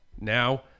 Now